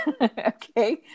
Okay